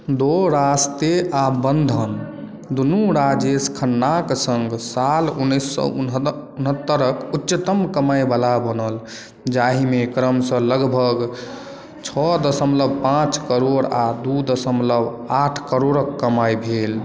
दो रास्ते आ बन्धन दुनू राजेश खन्नाक सङ्ग साल उन्नैस से उनहन उनहत्तरिक उच्चतम कमाइवला बनल जाहिमे क्रमशः लगभग छओ दशमलव पाँच करोड़ आ दू दशमलव आठ करोड़क कमाइ भेल